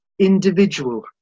individual